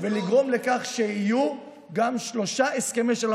במהלך ארבע השנים האחרונות,